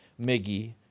Miggy